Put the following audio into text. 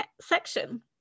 section